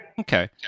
Okay